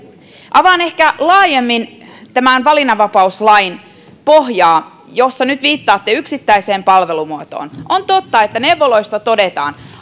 avaan ehkä laajemmin valinnanvapauslain pohjaa kun nyt viittaatte yksittäiseen palvelumuotoon on totta että neuvoloista todetaan